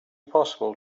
possible